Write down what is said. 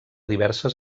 diverses